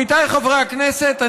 עמיתיי חברי הכנסת,